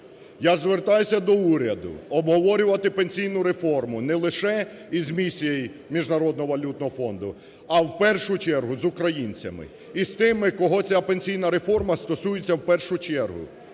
Я звертаюся до уряду обговорювати пенсійну реформу не лише із місією Міжнародного валютного фонду, а в першу чергу з українцями із тими, кого ця пенсійна реформа стосується в першу чергу,